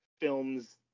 films